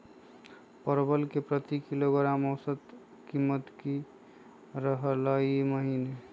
परवल के प्रति किलोग्राम औसत कीमत की रहलई र ई महीने?